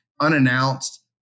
unannounced